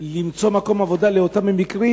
למצוא מקום עבודה לאותם מקרים,